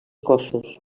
cossos